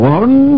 one